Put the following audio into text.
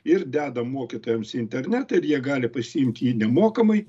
ir dedam mokytojams į internetą ir jie gali pasiimt jį nemokamai